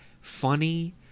funny